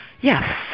Yes